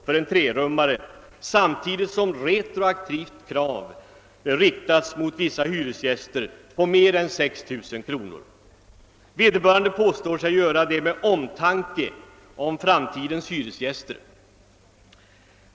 för en trerummare, samtidigt som retroaktivt krav riktats mot vissa hyresgäster på mer än 6 000 kr. Vederbörande påstår sig göra detta av omtanke om framtidens hyresgäster.